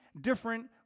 different